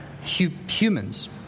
humans